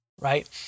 right